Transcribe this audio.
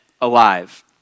alive